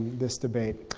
this debate.